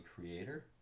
creator